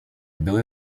były